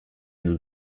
nous